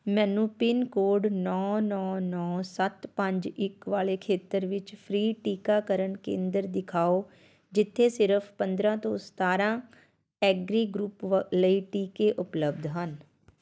ਮੈਨੂੰ pin code ਨੌਂ ਨੌਂ ਨੌਂ ਸੱਤ ਪੰਜ ਇੱਕ ਵਾਲੇ ਖੇਤਰ ਵਿੱਚ ਫ੍ਰੀ ਟੀਕਾਕਰਨ ਕੇਂਦਰ ਦਿਖਾਓ ਜਿੱਥੇ ਸਿਰਫ਼ ਪੰਦਰ੍ਹਾਂ ਤੋਂ ਸਤਾਰ੍ਹਾਂ ਐਗਰੀ ਗਰੁੱਪ ਵ ਲਈ ਟੀਕੇ ਉਪਲਬਧ ਹਨ